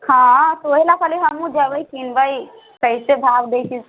हँ तऽ ओहि लए कहली हमहूँ जेबै किनबै कैसे भाव दै छै